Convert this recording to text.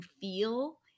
feel